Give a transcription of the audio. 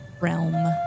realm